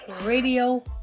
Radio